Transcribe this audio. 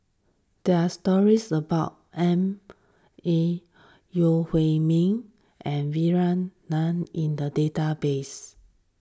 there are stories about M A Yeo Hwee Bin and Vikram Nair in the database